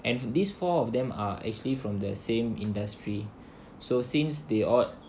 and these four of them are actually from the same industry so since they odd